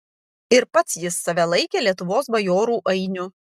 ir pats jis save laikė lietuvos bajorų ainiu